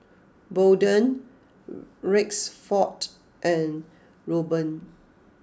Bolden Rexford and Robyn